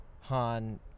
Han